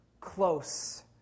close